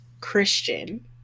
Christian